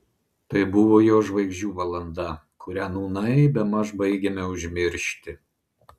tai buvo jo žvaigždžių valanda kurią nūnai bemaž baigiame užmiršti